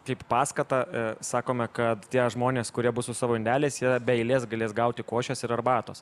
kaip paskatą sakome kad tie žmonės kurie bus su savo indeliais jie be eilės galės gauti košės ir arbatos